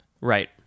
Right